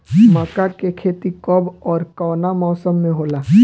मका के खेती कब ओर कवना मौसम में होला?